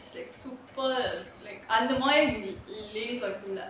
it's like super like அந்த மாதிரி:antha maathiri lady's voice இல்ல:illa